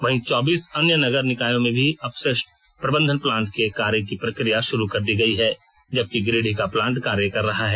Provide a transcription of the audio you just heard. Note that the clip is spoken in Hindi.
वहीं चौबीस अन्य नगर निकायों में भी अपशिष्ट प्रबंधन प्लांट के कार्य की प्रक्रिया शुरू कर दी गई है जबकि गिरिडीह का प्लांट कार्य कर रहा है